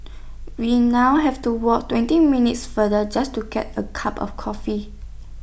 we now have to walk twenty minutes farther just to get A cup of coffee